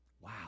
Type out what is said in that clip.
Wow